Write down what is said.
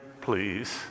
please